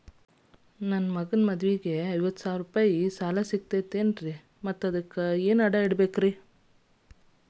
ನನ್ನ ಮಗನ ಮದುವಿಗೆ ಐವತ್ತು ಸಾವಿರ ರೂಪಾಯಿ ಸಾಲ ಸಿಗತೈತೇನ್ರೇ ಏನ್ ಅಡ ಇಡಬೇಕ್ರಿ?